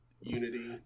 unity